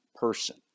person